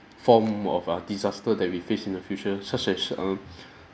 form of uh disaster that we face in the future such as err